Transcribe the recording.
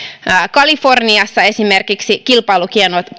esimerkiksi kaliforniassa kilpailukiellot